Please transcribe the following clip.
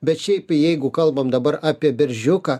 bet šiaip jeigu kalbam dabar apie beržiuką